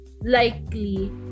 likely